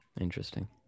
Interesting